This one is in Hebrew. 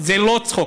זה לא צחוק.